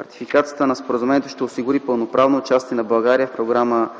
Ратификацията на споразумението ще осигури пълноправното участие на България в програма